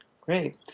Great